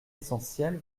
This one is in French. essentielle